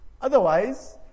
otherwise